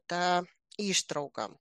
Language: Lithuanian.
tą ištrauką